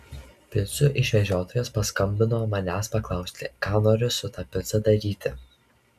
picų išvežiotojas paskambino manęs paklausti ką noriu su ta pica daryti